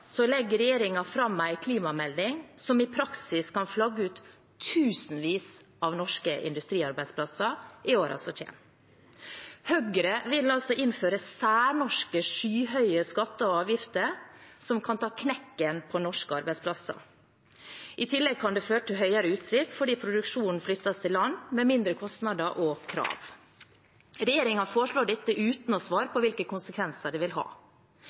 legger regjeringen fram en klimamelding som i praksis kan flagge ut tusenvis av norske industriarbeidsplasser i årene som kommer. Høyre vil innføre særnorske, skyhøye skatter og avgifter som kan ta knekken på norske arbeidsplasser. I tillegg kan det føre til større utslipp fordi produksjonen flyttes til land med mindre kostnader og krav. Regjeringen foreslår dette uten å svare på hvilke konsekvenser det vil ha.